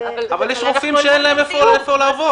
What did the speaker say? אבל יש רופאים שאין להם איפה לעבוד.